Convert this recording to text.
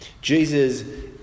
Jesus